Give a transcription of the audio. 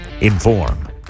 inform